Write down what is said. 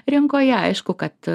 rinkoje aišku kad